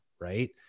right